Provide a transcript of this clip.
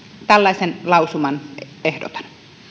tällaisen lausuman ehdotan